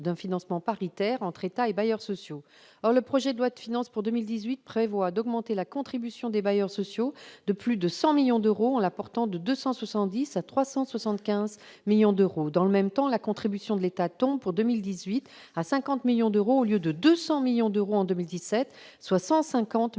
d'un financement paritaire entre État et bailleurs sociaux. Or le projet de loi de finances pour 2018 prévoit d'augmenter la contribution des bailleurs sociaux de plus de 100 millions d'euros, en la portant de 270 à 375 millions d'euros. Dans le même temps, pour 2018, la contribution de l'État tombe à 50 millions d'euros au lieu de 200 millions d'euros en 2017, soit 150 millions d'euros